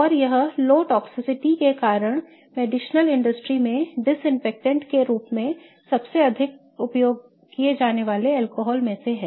और यह low toxicity के कारण औषधीय उद्योग में डिसइनफेक्टेंट के रूप में सबसे अधिक उपयोग किए जाने वाले एल्कोहल में से एक है